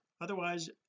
otherwise